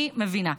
אני מבינה.